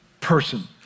person